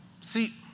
See